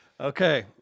Okay